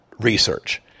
research